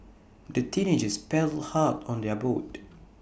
the teenagers paddled hard on their boat